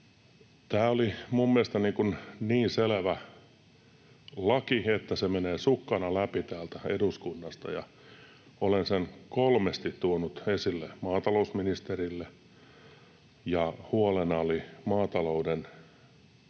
Tämä oli minun mielestäni niin selvä laki, että se menee sukkana läpi täältä eduskunnasta, ja olen sen kolmesti tuonut esille maatalousministerille. Huolena oli maatalouden kustannuskriisi,